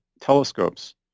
telescopes